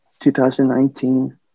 2019